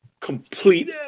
complete